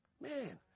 Man